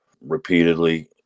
repeatedly